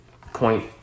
point